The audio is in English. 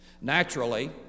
Naturally